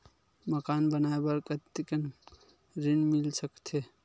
मकान बनाये बर कतेकन ऋण मिल सकथे?